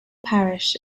parish